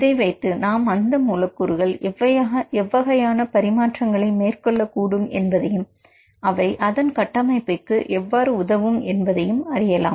இதை வைத்து நாம் அந்த மூலக்கூறுகள் எவ்வகையான பரிமாற்றங்களை மேற்கொள்ளக் கூடும் என்பதையும் அவை அதன் கட்டமைப்புக்கு எவ்வாறு உதவும் என்பதையும் அறியலாம்